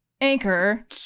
anchor